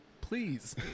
please